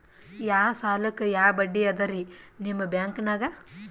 ಯಾ ಸಾಲಕ್ಕ ಯಾ ಬಡ್ಡಿ ಅದರಿ ನಿಮ್ಮ ಬ್ಯಾಂಕನಾಗ?